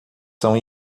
são